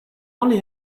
only